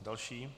Další?